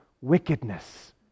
wickedness